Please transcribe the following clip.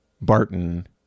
Barton